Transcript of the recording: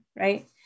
Right